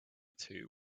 two